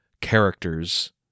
characters